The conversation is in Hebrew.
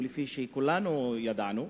וכפי שכולנו ידענו,